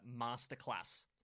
Masterclass